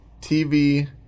TV